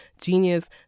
genius